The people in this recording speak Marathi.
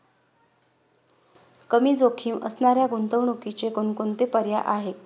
कमी जोखीम असणाऱ्या गुंतवणुकीचे कोणकोणते पर्याय आहे?